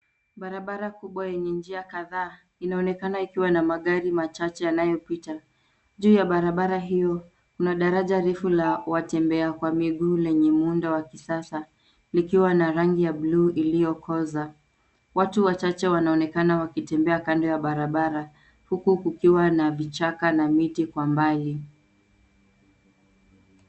Barabara kubwa yenye njia kadhaa inaonekana ikiwa na magari machache yanayopita. Juu ya barabara hiyo kuna daraja refu la watembea kwa miguu lenye muundo wa kisasa, likiwa na rangi ya buluu iliyokoza. Watu wachache wanaonekana wakitembea kando ya barabara, huku kukiwa na vichaka na miti kwa mbali.